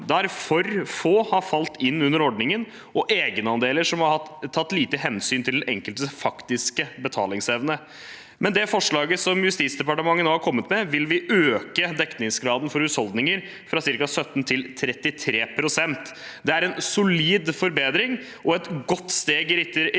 der for få har falt inn under ordningen, og egenandeler som har tatt lite hensyn til den enkeltes faktiske betalingsevne. Med det forslaget Justisdepartementet nå har kommet med, vil vi øke dekningsgraden for husholdninger fra ca. 17 til 33 pst. Det er en solid forbedring og et godt steg i retning